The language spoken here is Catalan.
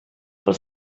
pel